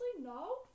no